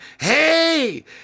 Hey